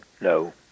no